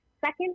Second